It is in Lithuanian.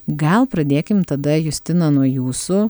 gal pradėkim tada justina nuo jūsų